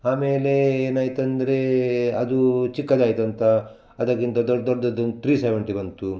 ಆಮೇಲೆ ಏನಾಯ್ತಂದ್ರೆ ಅದು ಚಿಕ್ಕದಾಯ್ತಂತ ಅದಕ್ಕಿಂತ ದೊಡ್ಡ ದೊಡ್ಡದೊಂದು ತ್ರೀ ಸೆವೆಂಟಿ ಬಂತು